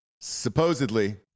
supposedly